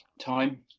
time